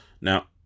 Now